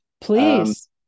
please